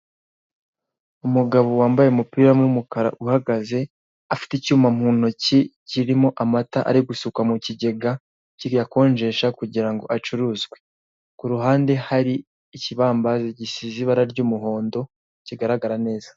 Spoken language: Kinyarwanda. Umugabo wambaye umupira w'umukara uhagaze afite icyuma mu ntoki kirimo amata ari gusuka mu kigega kiyakonjesha kugirango acuruzwe, ku ruhande hari ikibambasi gisize ibara ry'umuhondo kigaragara neza.